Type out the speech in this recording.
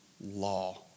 law